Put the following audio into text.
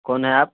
کون ہیں آپ